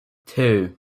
two